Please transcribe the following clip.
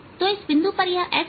तो इस बिंदु पर यह s है